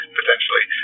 potentially